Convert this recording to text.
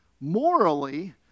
Morally